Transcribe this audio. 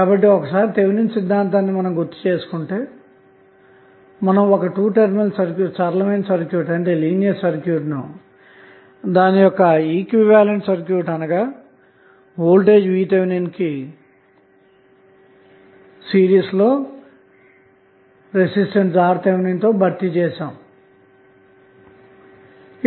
కాబట్టి ఒకసారి థెవెనిన్ సిద్ధాంతాన్ని గుర్తు చేసుకొంటే మనం ఒక 2 టెర్మినల్ సరళ సర్క్యూట్ను దాని యొక్క ఈక్వివలెంట్ సర్క్యూట్ అనగా వోల్టేజ్ VTh కి సిరీస్ లో రెసిస్టన్స్ RTh తో భర్తీ చేసాము తప్ప మరేమి కాదు